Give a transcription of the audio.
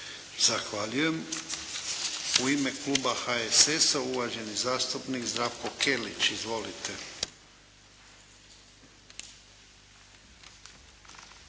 Zahvaljujem. U ime Kluba HSS-a uvaženi zastupnik Zdravko Kelić. Izvolite.